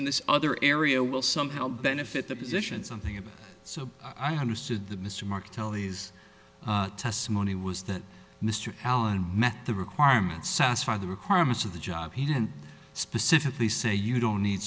in this other area will somehow benefit the position something about so i understood that mr mark kelly's testimony was that mr allen met the requirements satisfy the requirements of the job he didn't specifically say you don't need